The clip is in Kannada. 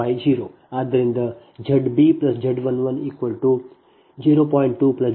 50 ಆದ್ದರಿಂದ Z b Z 11 0